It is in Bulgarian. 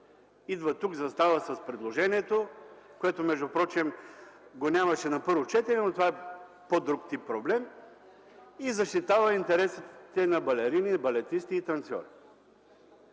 идва тук и застава с предложението, което впрочем го нямаше на първо четене, но това е по-друг тип проблем, и защитава интересите на балерини, балетисти и танцьори.